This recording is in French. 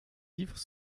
livres